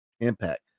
impact